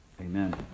Amen